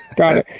got it.